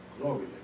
Glory